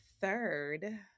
third